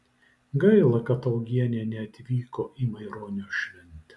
gaila kad augienė neatvyko į maironio šventę